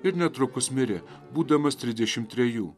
ir netrukus mirė būdamas trisdešimt trejų